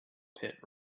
pit